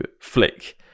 flick